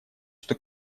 что